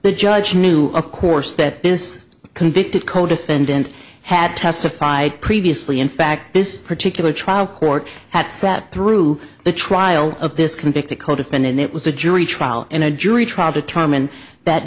the judge knew of course that this convicted codefendant had testified previously in fact this particular trial court had sat through the trial of this convict a codefendant it was a jury trial and a jury trial determined that